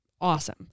awesome